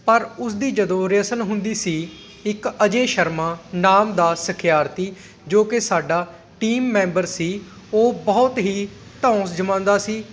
ਪਰ ਉਸ ਦੀ ਜਦੋਂ ਰੇਹੱਸਲ ਹੁੰਦੀ ਸੀ ਇੱਕ ਅਜੇ ਸ਼ਰਮਾ ਨਾਮ ਦਾ ਸਿਖਿਆਰਥੀ ਜੋ ਕਿ ਸਾਡਾ ਟੀਮ ਮੈਂਬਰ ਸੀ ਉਹ ਬਹੁਤ ਹੀ ਧੋਂਸ ਜਮਾਉਂਦਾ ਸੀ